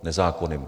Nezákonným.